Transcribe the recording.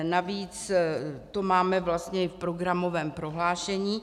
Navíc to máme vlastně v programovém prohlášení.